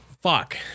Fuck